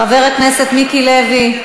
חבר הכנסת מיקי לוי.